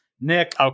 Nick